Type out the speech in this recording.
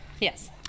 yes